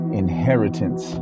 inheritance